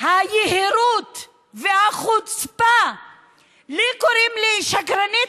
היהירות והחוצפה קוראים לי שקרנית.